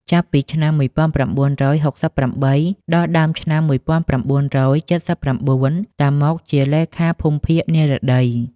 ចាប់ពីឆ្នាំ១៩៦៨ ដល់ដើមឆ្នាំ១៩៧៩ តាម៉ុក ជាលេខាភូមិភាគ និរតី ។